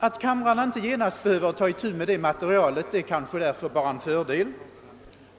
Att kamrarna inte genast behöver ta itu med detta material är kanske därför bara en fördel.